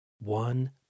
one